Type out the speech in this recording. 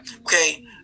okay